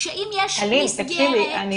שאם יש מסגרת --- אלין,